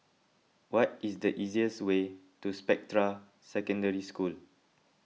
what is the easiest way to Spectra Secondary School